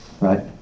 right